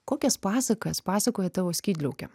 kokias pasakas pasakoja tavo skydliaukė